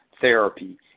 therapy